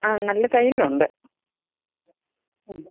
ആ നല്ല തയ്യലുണ്ട് ഉം